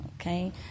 Okay